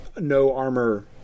no-armor